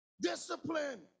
Discipline